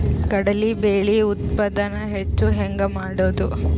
ಕಡಲಿ ಬೇಳೆ ಉತ್ಪಾದನ ಹೆಚ್ಚು ಹೆಂಗ ಮಾಡೊದು?